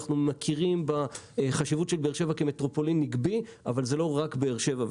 אני מכירים בחשיבות של באר-שבע כמטרופולין בנגב אבל זה לא רק באר-שבע.